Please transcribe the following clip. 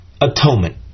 atonement